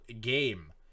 game